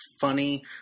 funny